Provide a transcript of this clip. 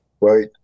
right